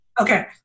Okay